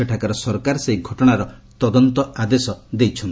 ସେଠାକାର ସରକାର ସେହି ଘଟଣାର ତଦନ୍ତ ଆଦେଶ ଦେଇଛନ୍ତି